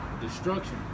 Destruction